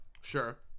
Sure